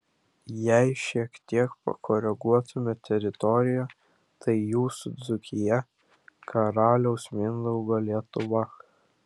jei šiek tiek pakoreguotume teritoriją tai jūsų dzūkija karaliaus mindaugo lietuva